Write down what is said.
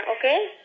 okay